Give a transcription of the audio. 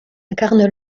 incarne